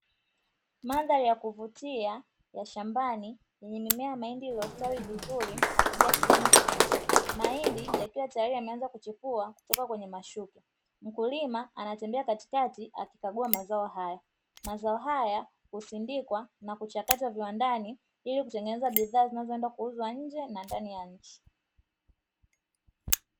Mandhari ya kuvutia ya shambani yenye mimea ya mahindi iliyostawi vizuri na kujaa kijani kibichi, mahindi yakiwa tayari yameanza kuchipua kutoka kwenye mashuke. Mkulima anatembea katikati akikagua mazao haya mazao haya husindikwa na kuchakatwa viwandani ili kutengeneza bidhaa zinazoenda kuuzwa nje na ndani ya nchi.